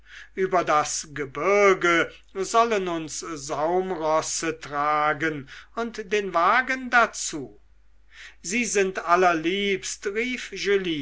über das gebirg sollen uns saumrosse tragen und den wagen dazu sie sind allerliebst rief